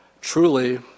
truly